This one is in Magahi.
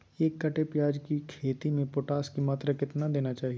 एक कट्टे प्याज की खेती में पोटास की मात्रा कितना देना चाहिए?